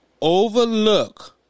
overlook